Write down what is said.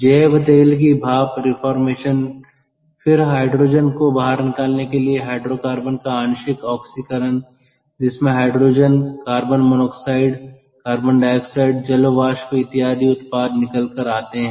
जैव तेल की भाप रिफॉर्मेशन फिर हाइड्रोजन को बाहर निकालने के लिए हाइड्रोकार्बन का आंशिक ऑक्सीकरण जिसमें hydrogen carbon monoxide carbon dioxide जल वाष्प इत्यादि उत्पाद निकल कर आते हैं